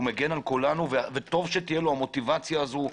הוא מגן על כולנו וטוב שתהיה לו המוטיבציה הזו.